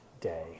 day